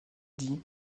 dit